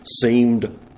Seemed